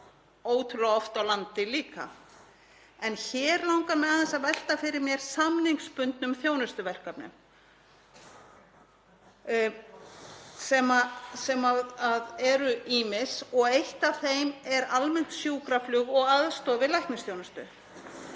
ótrúlega oft á landi líka. En hér langar mig aðeins að velta fyrir mér samningsbundnum þjónustuverkefnum sem eru ýmis og eitt af þeim er almennt sjúkraflug og aðstoð við læknisþjónustu.